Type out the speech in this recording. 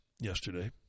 yesterday